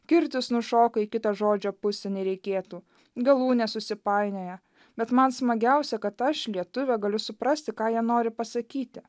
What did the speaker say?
kirtis nušoka į kitą žodžio pusę nereikėtų galūnės susipainioja bet man smagiausia kad aš lietuvė galiu suprasti ką jie nori pasakyti